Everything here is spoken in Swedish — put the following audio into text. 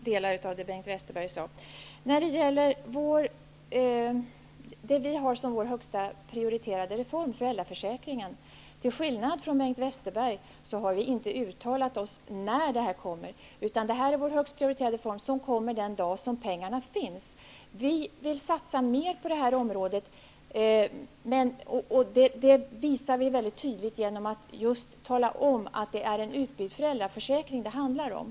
Herr talman! När det gäller vår högst prioriterade reform, föräldraförsäkringen, har vi till skillnad från Bengt Westerberg inte uttalat oss om någon tidpunkt. Föräldraförsäkringen är alltså vår högst prioriterade reform som genomförs den dagen det finns pengar. Vi vill satsa mera på det här området, och det visar vi väldigt tydligt just genom att tala om att det är en utbyggd föräldraförsäkring som det handlar om.